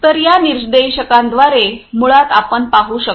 तर या निर्देशकांद्वारे मुळात आपण पाहू शकता